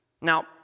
Now